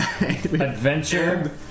Adventure